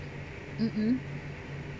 mm mm